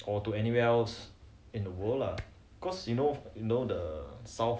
or to anywhere else in the world lah cause you know you know the south